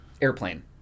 airplane